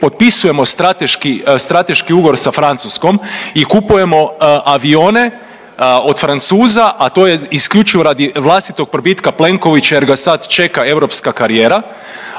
potpisujemo strateški ugovor sa Francuskom i kupujemo avione od Francuza, a to je isključivo radi vlastitog probitka Plenkovića jer ga sad čeka europska karijera,